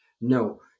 No